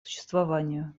существованию